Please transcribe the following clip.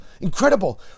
incredible